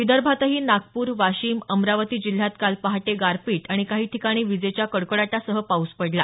विदर्भातही नागपूर वाशिम अमरावती जिल्ह्यात काल पहाटे गारपीट आणि काही ठिकाणी विजेच्या कडकडाटासह पाऊस पडला